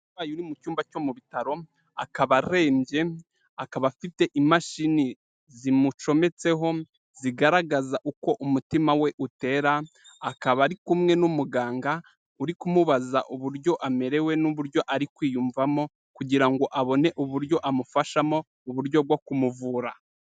Umurwayi uri mu cyumba cyo mu bitaro akaba arembye akaba afite imashini zimucometseho zigaragaza uko umutima we utera, akaba ari kumwe n'umuganga uri kumubaza uburyo amerewe n'uburyo ari kwiyumvamo, kugira ngo abone uburyo amufashamo mu buryo bwo kumuvura.